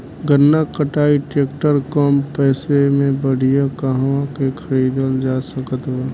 गन्ना कटाई ट्रैक्टर कम पैसे में बढ़िया कहवा से खरिदल जा सकत बा?